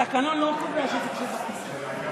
התקנון לא קובע שצריך להיות בכיסא.